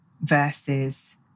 versus